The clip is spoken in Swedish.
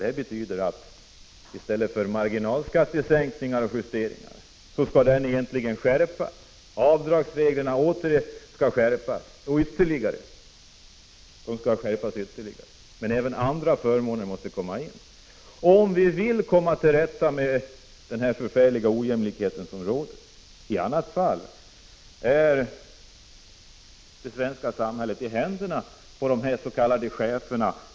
Det betyder en ytterligare skärpning av avdragsreglerna i stället för marginalskattesänkningar. Även andra förmåner måste ifrågasättas, om vi vill komma till rätta med den ojämlikhet som råder. I annat fall är det svenska samhället i händerna på = Prot. 1985/86:48 des.k.